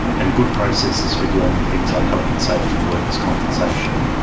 and good processes for dealing with things like health and safety and workers compensation.